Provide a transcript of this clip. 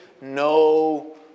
no